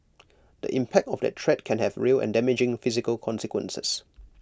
the impact of that threat can have real and damaging physical consequences